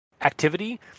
activity